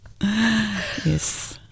Yes